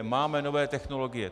Máme nové technologie.